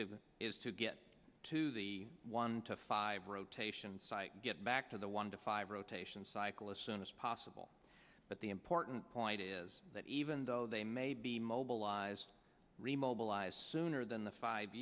to is to get to the one to five rotation site and get back to the one to five rotation cyclist soon as possible but the important point is that even though they may be mobilized re mobilized sooner than the five